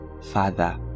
Father